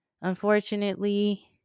Unfortunately